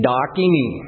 Dakini